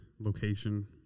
location